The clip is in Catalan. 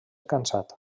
cansat